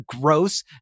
gross